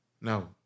no